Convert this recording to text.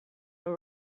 are